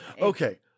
Okay